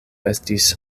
estis